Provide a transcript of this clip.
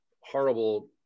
horrible